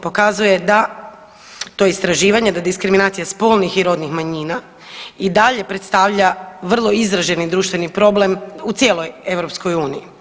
Pokazuje da to istraživanje da diskriminacija spolnih i rodnih manjina i dalje predstavlja vrlo izraženi društveni problem u cijeloj EU.